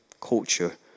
culture